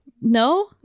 no